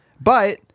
But-